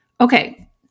Okay